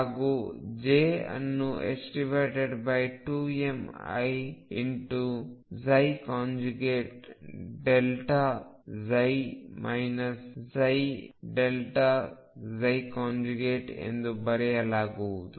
ಹಾಗೂ j ಅನ್ನು 2miψ ψ ಎಂದು ಬರೆಯಲಾಗುವುದು